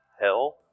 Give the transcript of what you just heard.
hell